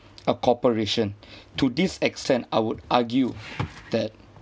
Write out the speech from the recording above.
a cooperation to this extent I would argue that